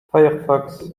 firefox